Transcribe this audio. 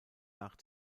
nach